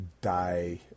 die